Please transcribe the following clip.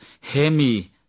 hemi